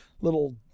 little